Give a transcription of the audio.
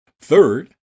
Third